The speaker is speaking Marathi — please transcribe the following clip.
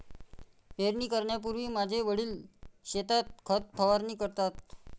पेरणी करण्यापूर्वी माझे वडील शेतात खत फवारणी करतात